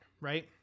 right